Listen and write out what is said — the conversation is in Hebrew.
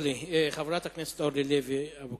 חברת הכנסת אורלי לוי אבקסיס,